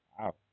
Wow